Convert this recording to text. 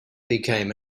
became